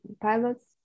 pilots